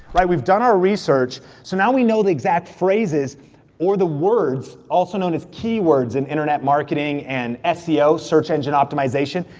like we've done our research, so now we know the exact phrases or the words also known as keywords in internet marketing and seo, search engine optimization.